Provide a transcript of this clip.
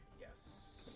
Yes